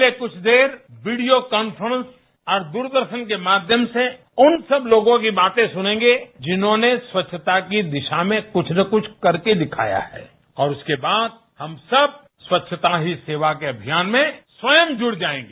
पहले कुछ देर वीडियो कांफ्रेंस और दूरदर्शन के माध्यम से उन सब लोगों की बातें सुनेंगे जिन्होंने स्वच्छता की दिशा में कुछ न कुछ कर के दिखाया है और उसके बाद हम सब स्वच्छता ही सेवा के अभियान में स्वयं जुड़ जाएंगे